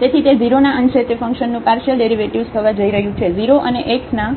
તેથી તે 0 ના અંશે તે ફંકશનનું પાર્શિયલ ડેરિવેટિવ્ઝ થવા જઈ રહ્યું છે 0 અને x ના